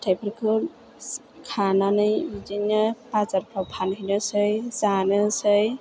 फिथाइफोरखौ खानानै बिदिनो बाजारफ्राव फानहैनोसै जानोसै